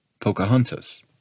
Pocahontas